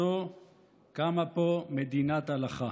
או-טו-טו קמה פה מדינת הלכה: